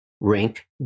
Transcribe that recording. rank